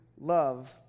love